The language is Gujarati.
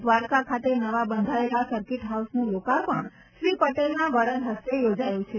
દ્વારકા ખાતે નવા બંધાયેલા સરકીટ હાઉસનું લોકાર્પણ શ્રી પટેલના વરદરસ્તે યોજાયું છે